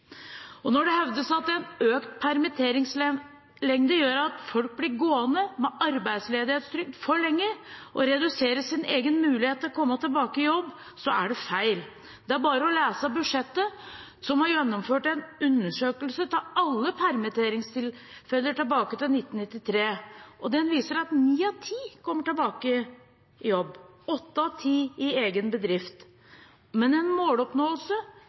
forretningsmodeller. Når det hevdes at økt permitteringslengde gjør at folk blir gående med arbeidsledighetstrygd for lenge og reduserer sin egen mulighet til å komme tilbake i jobb, er det feil. Det er bare å lese budsjettinnstillingen hvor man viser til at det er gjennomført en undersøkelse av alle permitteringstilfeller tilbake til 1993, og den viser at ni av ti kommer tilbake til jobb, åtte av ti i egen bedrift. Men en måloppnåelse